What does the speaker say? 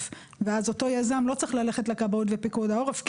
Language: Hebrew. ואז אותו יזם לא צריך ללכת לכבאות ולפיקוד העורף,